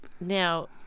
Now